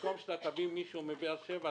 במקום שאתה תביא מישהו מבאר שבע,